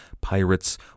pirates